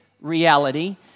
reality